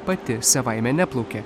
pati savaime neplaukia